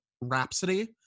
Rhapsody